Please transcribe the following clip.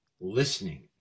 Listening